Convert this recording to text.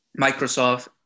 Microsoft